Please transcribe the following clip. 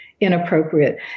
Inappropriate